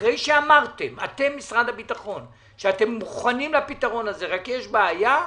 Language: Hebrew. אחרי שאמרתם אתם משרד הביטחון שאתם מוכנים לפתרון הזה אלא שיש בעיה,